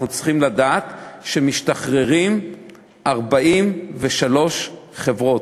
אנחנו צריכים לדעת שמשתחררות 43 חברות,